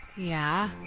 yeah,